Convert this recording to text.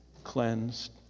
cleansed